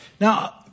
Now